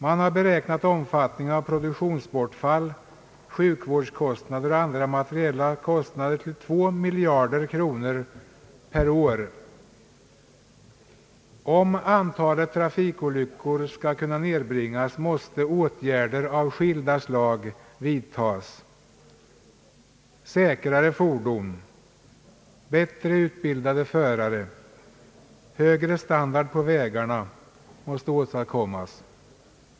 Man har beräknat omfattningen av produktionsbortfall, sjukvårdskostnader och andra materiella kostnader till 2 miljarder kronor per år. Om antalet trafikolyckor skall kunna nedbringas måste åtgärder av skilda slag vidtas; säkrare fordon, bättre utbildade förare, högre standard på vägarna måste åstadkommas.